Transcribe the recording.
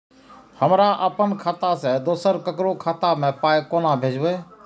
हमरा आपन खाता से दोसर ककरो खाता मे पाय कोना भेजबै?